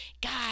God